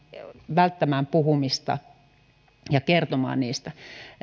välttämään puhumista ja olemaan kertomatta niistä